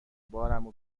بارمو